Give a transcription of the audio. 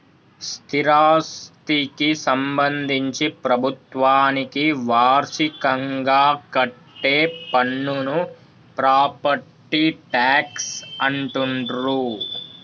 స్థిరాస్థికి సంబంధించి ప్రభుత్వానికి వార్షికంగా కట్టే పన్నును ప్రాపర్టీ ట్యాక్స్ అంటుండ్రు